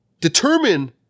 determine